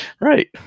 Right